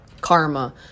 karma